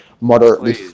moderately